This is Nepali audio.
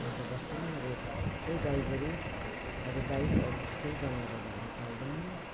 हाम्रो बस्तीमा अब त्यही गाईगोरुहरू बाहेक अरू चाहिँ केही जनावरहरू हामी पाल्दैनौँ